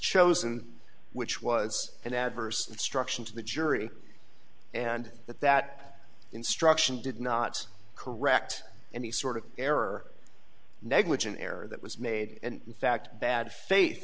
chosen which was an adverse instruction to the jury and that that instruction did not correct any sort of error or negligent error that was made and in fact bad